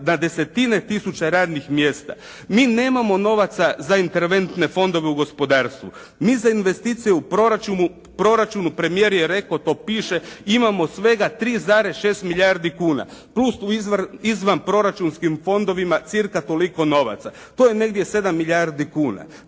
na 10-tine tisuća radnih mjesta. Mi nemamo novaca za interventne fondove u gospodarstvu. Mi za investicije u proračunu premijer je rekao, to piše, imamo svega 3,6 milijardi kuna, plus tu izvanproračunskim fondovima cca. toliko novaca, to je negdje 7 milijardi kuna.